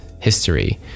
history